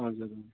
हजुर